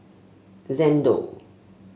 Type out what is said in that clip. Xndo